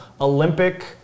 Olympic